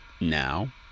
Now